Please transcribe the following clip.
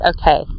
okay